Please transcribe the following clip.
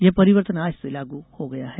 यह परिवर्तन आज से लागू हो गया है